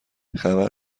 خبر